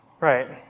Right